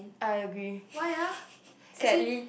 I agree sadly